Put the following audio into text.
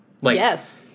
Yes